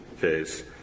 case